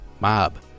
mob